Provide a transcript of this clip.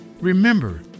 remember